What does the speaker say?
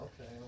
okay